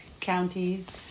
counties